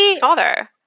father